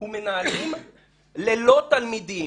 ומנהלים ללא תלמידים".